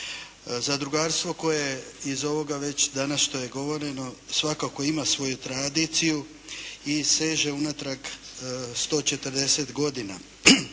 Zadrugarstvo koje je iz ovoga već danas što je govoreno svakako ima svoju tradiciju i seže unatrag 140 godina.